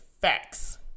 facts